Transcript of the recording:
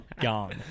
Gone